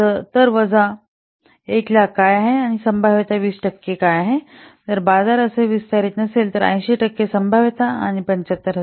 तर वजा 100000 काय आहे आणि संभाव्यता 20 टक्के आहे जर बाजार असे विस्तारत नसेल तर 80 टक्के संभाव्यता आणि 75000